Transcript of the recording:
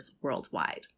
worldwide